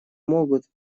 могут